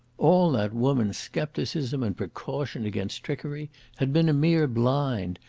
all that woman's scepticism and precaution against trickery had been a mere blind,